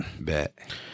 Bet